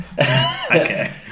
Okay